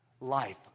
life